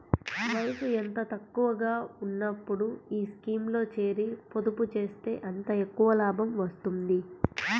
వయసు ఎంత తక్కువగా ఉన్నప్పుడు ఈ స్కీమ్లో చేరి, పొదుపు చేస్తే అంత ఎక్కువ లాభం వస్తుంది